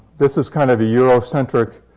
this is kind of a euro-centric